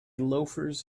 loafers